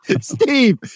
Steve